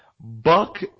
Buck